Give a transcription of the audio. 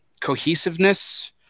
cohesiveness